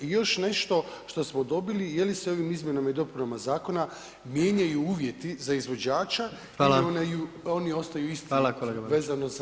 I još nešto što smo dobili, jeli sa ovim izmjenama i dopunama zakona mijenjaju uvjeti za izvođača ili oni ostaju isti vezano za